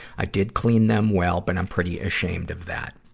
i did clean them well, but i'm pretty ashamed of that.